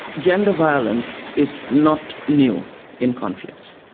gender violence is not new in conflicts.